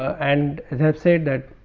and have said that